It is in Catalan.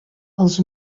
els